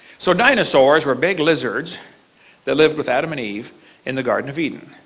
so dinosaurs were big lizards that lived with adam and eve in the garden of eden.